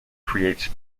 creates